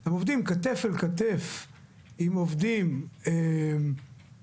הם עובדים כתף אל כתף עם עובדים במשרדם,